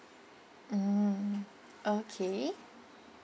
mm okay